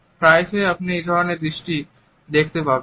প্রায়শই আপনি এই ধরনের দৃষ্টি দেখতে পাবেন